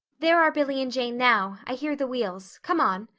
there are billy and jane now i hear the wheels. come on.